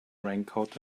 raincoat